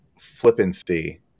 flippancy